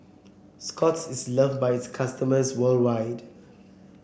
Scott's is love by its customers worldwide